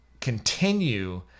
continue